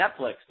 Netflix